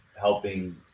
helping